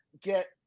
get